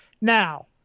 Now